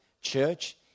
church